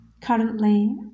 currently